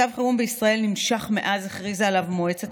מצב חירום בישראל נמשך מאז הכריזה עליו מועצת